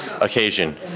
Occasion